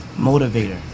motivator